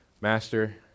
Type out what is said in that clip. Master